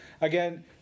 Again